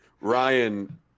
Ryan